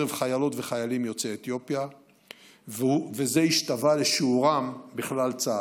חיילות וחיילים יוצאי אתיופיה והשתווה לשיעורם בכלל צה"ל.